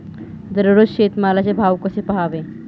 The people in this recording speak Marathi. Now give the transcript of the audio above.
दररोज शेतमालाचे भाव कसे पहावे?